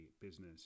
business